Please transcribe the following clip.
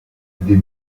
des